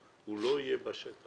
הוא לא יהיה בשטח.